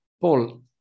Paul